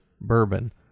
bourbon